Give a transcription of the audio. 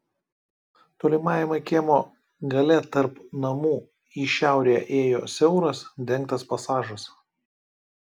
tolimajame kiemo gale tarp namų į šiaurę ėjo siauras dengtas pasažas